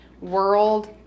world